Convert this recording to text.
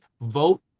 vote